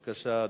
אדוני, בבקשה.